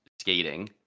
skating